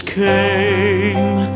came